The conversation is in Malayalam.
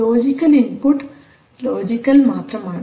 ലോജിക്കൽ ഇൻപുട്ട് ലോജിക്കൽ മാത്രമാണ്